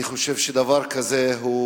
אני חושב שדבר כזה הוא